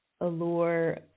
Allure